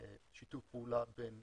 שיתוף פעולה בין ישראל,